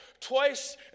Twice